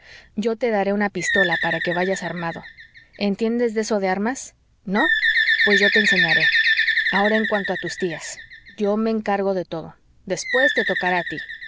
yo te daré una pistola para que vayas armado entiendes de eso de armas no pues yo te enseñaré ahora en cuanto a tus tías yo me encargo de todo después te tocará a tí